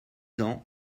ans